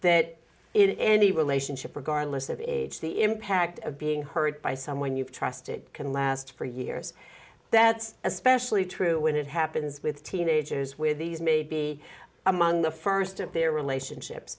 that in the relationship regardless of age the impact of being hurt by someone you've trusted can last for years that's especially true when it happens with teenagers where these may be among the st of their relationships